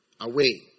away